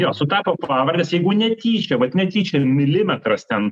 jo sutapo pavardės jeigu netyčia vat netyčia milimetras ten